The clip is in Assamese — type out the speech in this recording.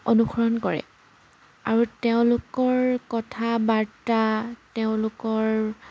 অনুসৰণ কৰে আৰু তেওঁলোকৰ কথা বাৰ্তা তেওঁলোকৰ